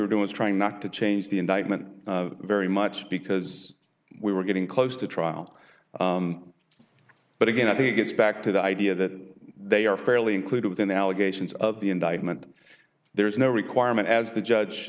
is trying not to change the indictment very much because we were getting close to trial but again i think it gets back to the idea that they are fairly included within the allegations of the indictment there is no requirement as the judge